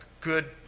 good